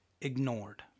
Ignored